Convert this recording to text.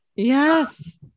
Yes